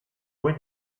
buen